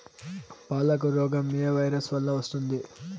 పాలకు రోగం ఏ వైరస్ వల్ల వస్తుంది?